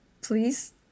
please